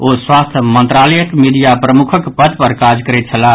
ओ स्वास्थ्य मंत्रालयक मीडिया प्रमुखक पद पर काज करैत छलाह